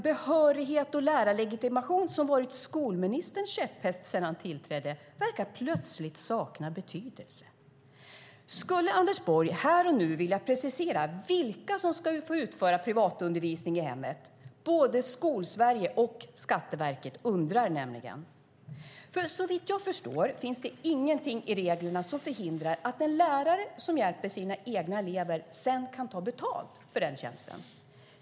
Behörighet och lärarlegitimation, som har varit skolministerns käpphäst sedan han tillträdde, verkar plötsligt sakna betydelse. Skulle Anders Borg här och nu vilja precisera vilka som ska få utföra privatundervisning i hemmet? Både Skolsverige och Skatteverket undrar, nämligen. Såvitt jag förstår finns det ingenting i reglerna som förhindrar att en lärare som hjälper sina egna elever sedan kan ta betalt för denna tjänst.